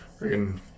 freaking